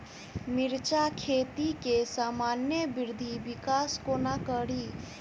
मिर्चा खेती केँ सामान्य वृद्धि विकास कोना करि?